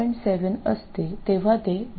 7 असते तेव्हा ते 0